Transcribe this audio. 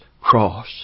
cross